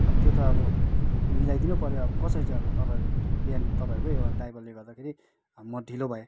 अब त्यो त अब मिलाइदिनु पऱ्यो अब कसरी चाहिँ अब तपाईँहरू बिहान तपाईँहरूकै एउडा ड्राइभरले गर्दाखेरि म ढिलो भएँ